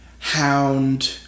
Hound